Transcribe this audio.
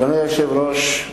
אדוני היושב-ראש,